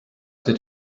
the